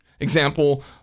Example